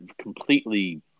completely